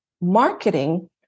marketing